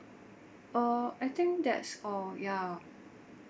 uh I think that's all ya